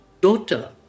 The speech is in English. daughter